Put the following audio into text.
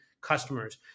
customers